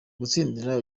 gutsindira